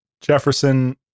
Jefferson